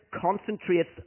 concentrates